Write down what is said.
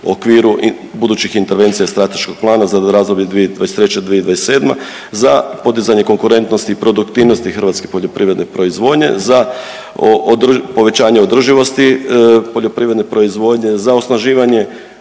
u okviru budućih intervencija strateškog plana za razdoblje 2023., 2027. za podizanje konkurentnosti i produktivnosti hrvatske poljoprivredne proizvodnje, za povećanje održivosti poljoprivredne proizvodnje, za osnaživanje,